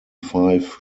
five